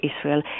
Israel